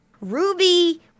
Ruby